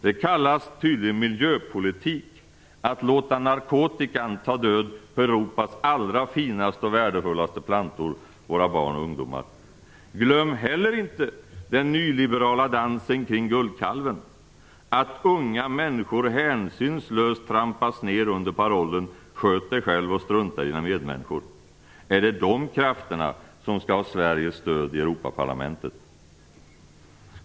Det kallas tydligen miljöpolitik att låta narkotikan ta död på Europas allra finaste och värdefullaste plantor: våra barn och ungdomar. Glöm heller inte den nyliberala dansen kring guldkalven, att unga människor hänsynslöst trampas ner under parollen "Sköt dig själv och strunta i dina medmänniskor"! Är det de krafterna som skall ha Sveriges stöd i Europaparlamentet?